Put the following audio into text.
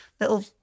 little